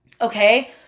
okay